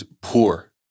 poor